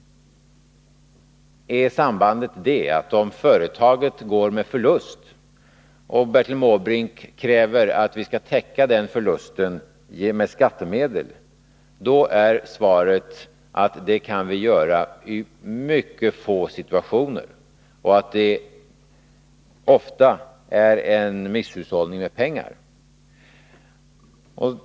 Om företaget går med förlust och Bertil Måbrink kräver att vi skall täcka den förlusten med skattemedel, då är svaret att det kan vi göra i mycket få situationer och att det ofta är en misshushållning med pengar.